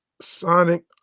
sonic